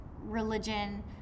religion